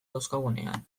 dauzkagunean